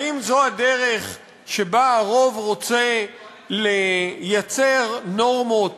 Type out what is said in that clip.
האם זו הדרך שבה הרוב רוצה לייצר נורמות